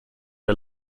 der